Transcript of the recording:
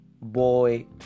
boy